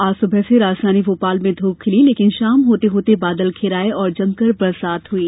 आज सुबह से राजधानी भोपाल में धूप खिली लेकिन शाम होते होते बादल धिर आये जमकर बरसात हुई